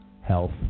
health